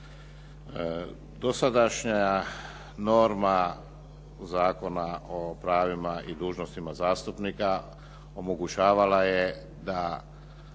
Dosadašnja norma Zakona o pravima i dužnostima zastupnika omogućavala je da